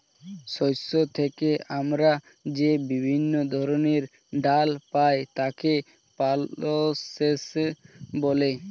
শস্য থেকে আমরা যে বিভিন্ন ধরনের ডাল পাই তাকে পালসেস বলে